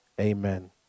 amen